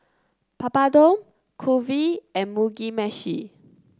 Papadum Kulfi and Mugi Meshi